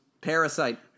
Parasite